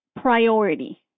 priority